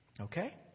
Okay